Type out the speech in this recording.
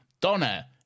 Donna